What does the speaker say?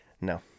No